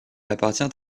appartient